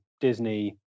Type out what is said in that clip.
Disney